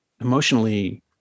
emotionally